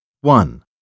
one